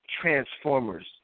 Transformers